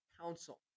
Council